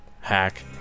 hack